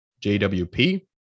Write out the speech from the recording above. JWP